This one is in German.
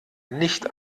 nicht